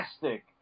Fantastic